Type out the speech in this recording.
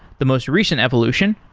the most recent evolution,